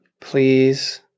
please